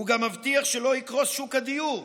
היא גם מבטיחה שלא יקרוס שוק הדיור,